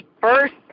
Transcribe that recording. First